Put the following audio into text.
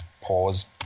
pause